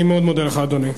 אני מאוד מודה לך, אדוני.